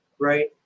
right